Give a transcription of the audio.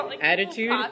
attitude